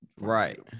Right